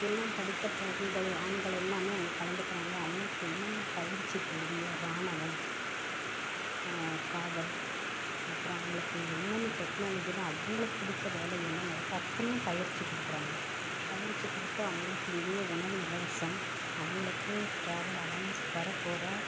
எல்லாம் படித்த பெண்கள் ஆண்கள் எல்லாமே அங்கே கலந்துக்கிறாங்க அவங்களுக்கு என்னென்ன பயிற்சி தேவையோ ராணுவம் காவல் அப்புறம் அவங்களுக்கு என்னென்ன டெக்னாலஜி எல்லாம் அவங்களுக்கு பிடிச்ச வேலை என்னென்ன இருக்கோ அத்தனையும் பயிற்சி கொடுக்குறாங்க பயிற்சி கொடுத்து அவங்களுக்கு இங்கேயே உணவு இலவசம் அவங்களுக்கு ட்ராவல் அலௌன்ஸ் வரப் போகிற